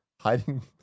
hiding